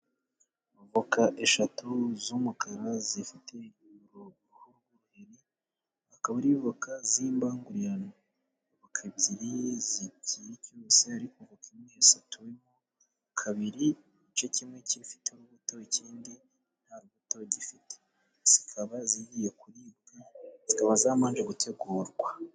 Avoka eshatu z'umukara zifite uruhu ruriho ubuhri z'imbangurirano avoka ebyiri zikiri zose, ariko vodka imwe isatuwemo kabiri, igice kimwe gifite urubuto ikindi nta rubuto gifite. Zikaba zigiye kuribwa zikaba zamanje gutegurwa.